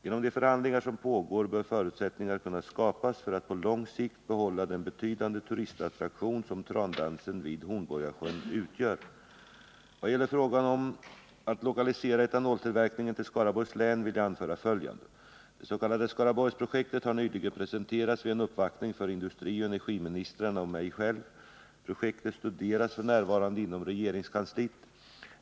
Genom de förhandlingar som pågår bör förutsättningar kunna skapas för att på lång sikt behålla den betydande turistattraktion som trandansen vid Hornborgasjön utgör. Vad gäller frågan att lokalisera etanoltillverkningen till Skaraborgs län vill jag anföra följande: Dets.k. Skaraborgsprojektet har nyligen presenterats vid en uppvaktning för industrioch energiministrarna och mig själv. Projektet studeras f. n. inom regeringskansliet.